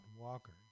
Walker